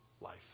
life